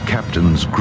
Captains